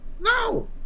No